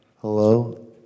Hello